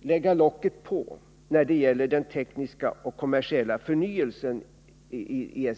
lägga locket på när det gäller den tekniska och kommersiella förnyelsen i SSAB.